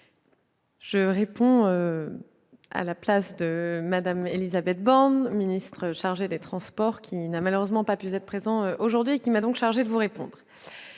la sénatrice, Mme Élisabeth Borne, ministre chargée des transports, n'a malheureusement pas pu être présente aujourd'hui et m'a donc chargée de vous répondre.